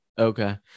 Okay